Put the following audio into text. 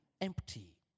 empty